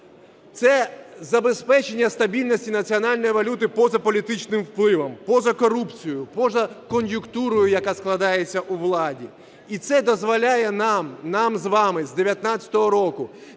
Це забезпечення стабільності національної валюти поза політичним впливом, поза корупцією, поза кон'юнктурою, яка складається у владі. І це дозволяє нам, нам з вами, з 2019 року